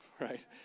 right